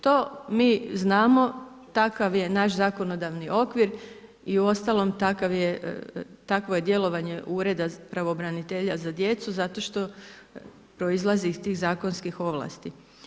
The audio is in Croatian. To mi znamo, takav je naš zakonodavni okvir i uostalom takvo je djelovanje Ureda pravobranitelja za djecu, zato što proizlazi iz tih zakonskih ovlasti.